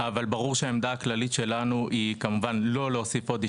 אבל ברור שהעמדה הכללית שלנו היא כמובן לא להוסיף עוד יישובים.